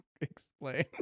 explain